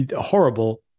horrible